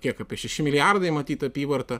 kiek apie šeši milijardai matyt apyvarta